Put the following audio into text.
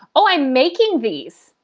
oh, i'm making these.